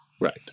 Right